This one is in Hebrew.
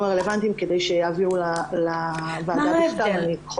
הרלוונטיים כדי שיעבירו לוועדה את הנתונים.